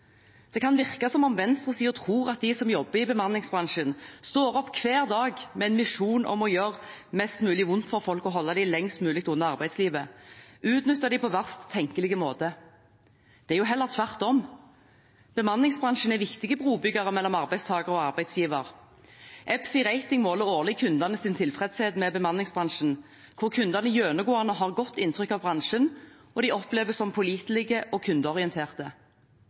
Det kan virke som om venstresiden tror at de som jobber i bemanningsbransjen, står opp hver dag med en misjon om å gjøre mest mulig vondt for folk og holde dem lengst mulig unna arbeidslivet, utnytte dem på verst tenkelige måte. Det er jo heller tvert om. Bemanningsbransjen er viktige brobyggere mellom arbeidstaker og arbeidsgiver. EPSI Rating måler årlig kundenes tilfredshet med bemanningsbransjen, hvor kundene gjennomgående har et godt inntrykk av bransjen, som oppleves som pålitelig og